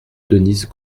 denise